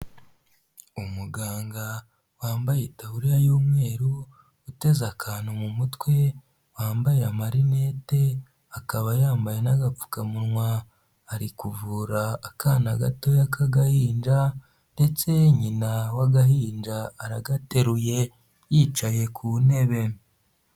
Umuganga wambaye itaburiya y'umweru uteze akantu mu mutwe, wambaye amarinete akaba yambaye n'agapfukamunwa, ari kuvura akana gatoya k'agahinda ndetse nyina w'agahinda aragateruye yicaye ku ntebe.